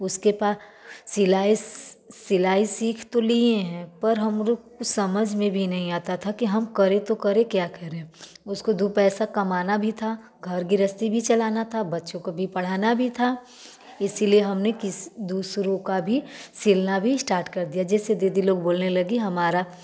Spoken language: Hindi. उसके बाद सिलाई सिलाई सीख तो लिए हैं पर हमको कुछ समझ में नहीं आता था कि हम करें तो करें क्या करें उसको दो पैसा कमाना भी था घर गृहस्ती भी चलाना था बच्चों को भी पढ़ाना भी था इसीलिए हमने किस दूसरों का भी सिलना भी स्टार्ट कर दिया जैसे दीदी लोग बोलने लगी हमारा